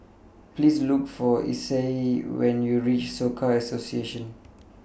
Please Look For Isai when YOU REACH Soka Association